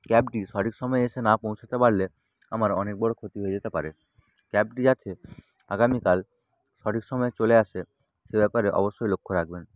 ক্যাবডি সঠিক সময়ে এসে না পৌঁছোতে পারলে আমার অনেক বড়ো ক্ষতি হয়ে যেতে পারে ক্যাবটি যাতে আগামীকাল সঠিক সময় চলে আসে সে ব্যাপারে অবশ্যই লক্ষ্য রাখবেন